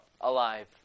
alive